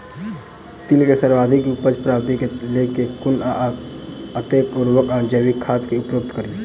तिल केँ सर्वाधिक उपज प्राप्ति केँ लेल केँ कुन आ कतेक उर्वरक वा जैविक खाद केँ उपयोग करि?